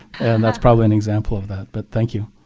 and that's probably an example of that. but thank you.